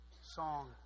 song